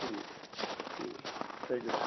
ٹھیک ہے ٹھیک ہے تھینک یو سر